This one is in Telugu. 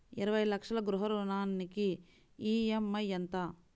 ఇరవై లక్షల గృహ రుణానికి ఈ.ఎం.ఐ ఎంత?